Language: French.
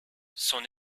son